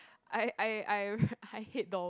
I I I I hate those